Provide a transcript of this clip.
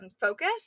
focus